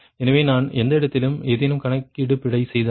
எனவே நான் எந்த இடத்திலும் ஏதேனும் கணக்கீடு பிழை செய்தால்